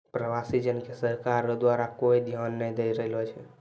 प्रवासी जन के सरकार रो द्वारा कोय ध्यान नै दैय रहलो छै